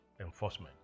enforcement